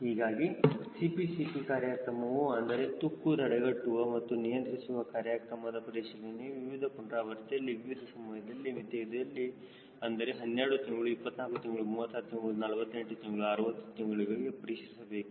ಹೀಗಾಗಿ CPCP ಕಾರ್ಯಕ್ರಮವು ಅಂದರೆ ತುಕ್ಕು ತಡೆಗಟ್ಟುವ ಮತ್ತು ನಿಯಂತ್ರಿಸುವ ಕಾರ್ಯಕ್ರಮದ ಪರಿಶೀಲನೆಯೂ ವಿವಿಧ ಪುನರಾವರ್ತನೆಯಲ್ಲಿ ವಿವಿಧ ಸಮಯದ ಮಿತಿಗಳಲ್ಲಿ ಅಂದರೆ 12 ತಿಂಗಳು 24 ತಿಂಗಳು 36 ತಿಂಗಳು 48 ತಿಂಗಳು 60 ತಿಂಗಳುಗಳಲ್ಲಿ ಪರೀಕ್ಷಿಸಬೇಕು